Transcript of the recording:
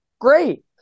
Great